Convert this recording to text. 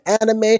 anime